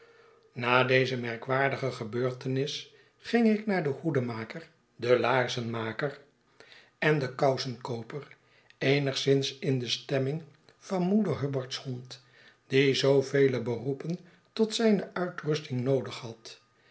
na deze merkwaardige gebeurtenis ging ik naar den hoedenmaker den laarzenmaker en den kousenkooper eenigszins in de stemming van moeder hubbart's hond die zoovele beroepen tot zijne uitrusting noodig had